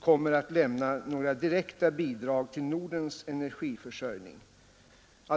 kommer att lämna några direkta bidrag till Nordens energiförsörjning.